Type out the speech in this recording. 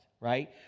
right